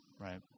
right